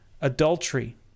adultery